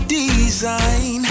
design